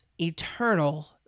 eternal